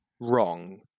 wrong